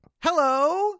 Hello